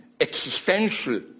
existential